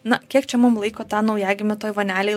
na kiek čia mum laiko tą naujagimį toj vonelėj